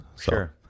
sure